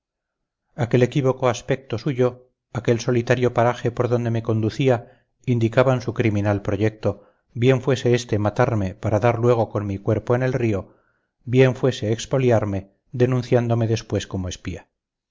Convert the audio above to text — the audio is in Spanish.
aquel equívoco aspecto suyo aquel solitario paraje por donde me conducía indicaban su criminal proyecto bien fuese este matarme para dar luego con mi cuerpo en el río bien fuese expoliarme denunciándome después como espía